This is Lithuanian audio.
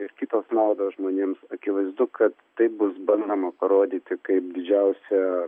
ir kitos naudos žmonėms akivaizdu kad taip bus bandoma parodyti kaip didžiausią